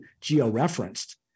geo-referenced